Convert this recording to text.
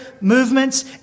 movements